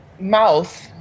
mouth